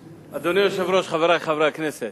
היושב-ראש, חברי חברי הכנסת,